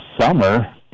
summer